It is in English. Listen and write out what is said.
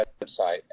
website